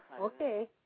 okay